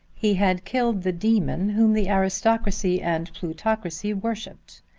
he had killed the demon whom the aristocracy and plutocracy worshipped,